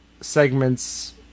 segments